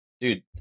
dude